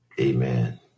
Amen